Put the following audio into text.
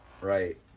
Right